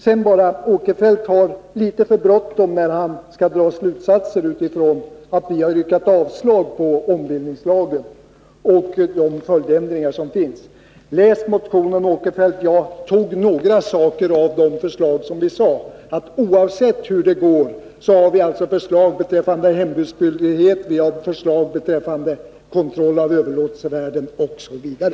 Sven Eric Åkerfeldt har litet för bråttom när han skall dra slutsatser utifrån att vi har yrkat avslag på ombildningslagen och de följdändringar som hör till. Läs motionen, Sven Eric Åkerfeldt! Jag nämnde några av våra förslag. Oavsett hur det går har vi alltså förslag beträffande hembudsskyldighet, beträffande kontroll av överlåtelsevärden osv.